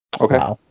Okay